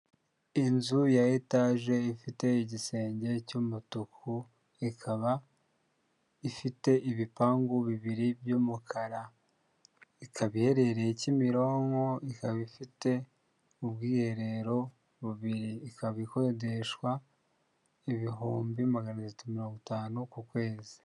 Inzu ya etaje ifite igisenge cy'umutuku, ikaba ifite ibipangu bibiri by'umukara, ikaba iherereye Kimironko, ikaba ifite ubwiherero bubiri, ikaba ikodeshwa ibihumbi magana atatu mirongo itanu ku kwezi.